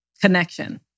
connection